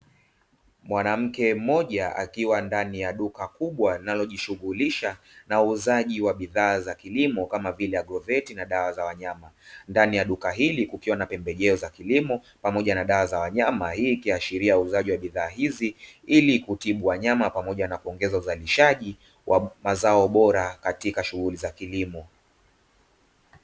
Mwanamke mmoja akiwa ndani ya duka kubwa linalojishughulisha na uuzaji wa bidhaa za kilimo, kama vile agroveti na dawa za wanyama, ndani ya duka hili ukiwa na pembejeo za kilimo pamoja na dawa za wanyama, hii ikiashiria uuzaji wa bidhaa hizi ili kutibua nyama pamoja na kuongeza uzalishaji wa mazao bora katika shughuli za kilimo.